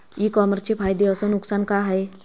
इ कामर्सचे फायदे अस नुकसान का हाये